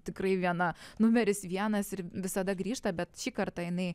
tikrai viena numeris vienas ir visada grįžta bet šį kartą jinai